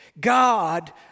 God